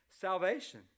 salvation